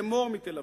למור מתל-אביב,